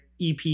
EP